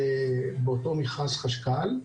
באותו מכרז חשכ"ל.